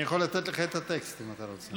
אני יכול לתת לך את הטקסט, אם אתה רוצה.